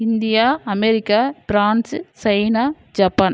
India America France China Japan